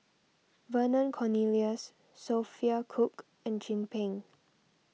Vernon Cornelius Sophia Cooke and Chin Peng